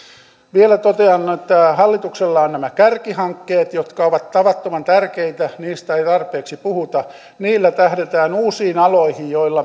vielä totean että hallituksella on nämä kärkihankkeet jotka ovat tavattoman tärkeitä niistä ei tarpeeksi puhuta niillä tähdätään uusiin aloihin